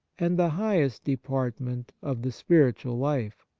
and the highest department of the spiritual life.